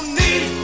need